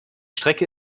strecke